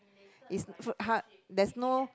is there's no